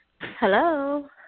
Hello